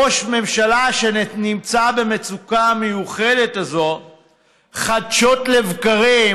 ראש ממשלה שנמצא במצוקה המיוחדת הזאת חדשות לבקרים,